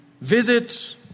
visit